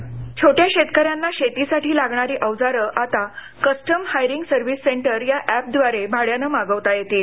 व्हीसीध्वनी छोट्या शेतकऱ्यांना शेतीसाठी लागणारी अवजारं आता कस्टम हायरिंग सर्विंस सेंटर या एपद्वारे भाड्यानं मागवता येतील